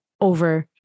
over